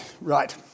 Right